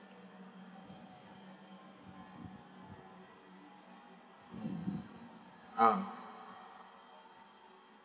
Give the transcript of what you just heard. mm ah